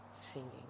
singing